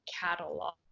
catalog